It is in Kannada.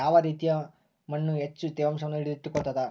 ಯಾವ ರೇತಿಯ ಮಣ್ಣು ಹೆಚ್ಚು ತೇವಾಂಶವನ್ನು ಹಿಡಿದಿಟ್ಟುಕೊಳ್ತದ?